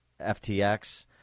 ftx